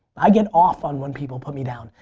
i get off on when people put me down.